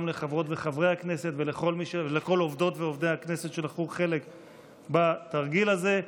גם לחברות וחברי הכנסת ולכל עובדות ועובדי הכנסת שלקחו חלק בתרגיל הזה.